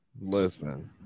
Listen